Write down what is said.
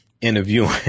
interviewing